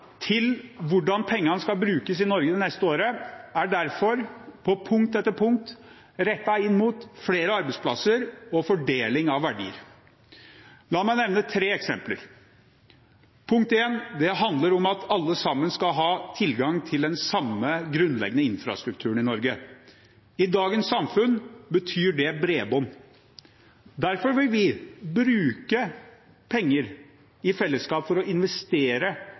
til hvordan pengene skal brukes i Norge det neste året, er derfor – på punkt etter punkt – rettet inn mot flere arbeidsplasser og fordeling av verdier. La meg nevne tre eksempler. Det handler om at alle skal ha tilgang til den samme grunnleggende infrastrukturen i Norge. I dagens samfunn betyr det bredbånd. Derfor vil vi bruke penger, i fellesskap, for å investere